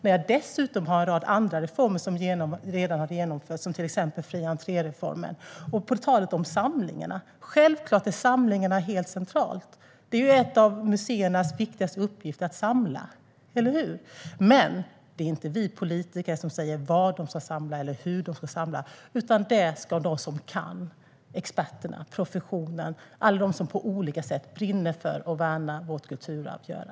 Jag har dessutom en rad andra reformer som redan har genomförts, som till exempel reformen med fri entré. På tal om samlingarna är samlingarna självklart helt centrala. Det är en av museernas viktigaste uppgifter att samla, eller hur? Men det är inte vi politiker som ska säga vad de ska samla eller hur de ska samla. Det ska de som kan, experterna, professionen och alla de som på olika sätt brinner för och värnar vårt kulturarv göra.